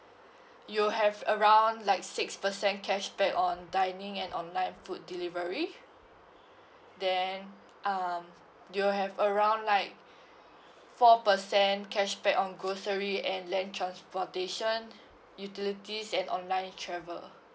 you'll have around like six percent cashback on dining and online food delivery then um you'll have around like four percent cashback on grocery and land transportation utilities and online travel